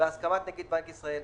בהסכמת נגיד בנק ישראל,